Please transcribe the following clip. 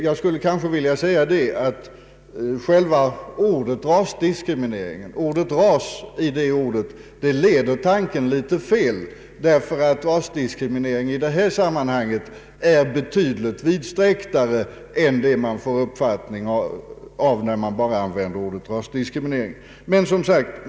Jag skulle här vilja skjuta in att själva ordet ”ras” i begreppet rasdiskriminering leder tanken fel, ty rasdiskriminering i detta sammanhang är betydligt vidsträcktare än man får en uppfattning om, när man bara använder ordet ”rasdiskriminering” i sedvanlig bemärkelse.